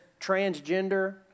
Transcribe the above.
transgender